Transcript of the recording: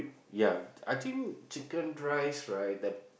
ya I think chicken rice right the